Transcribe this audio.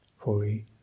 fully